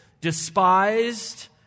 despised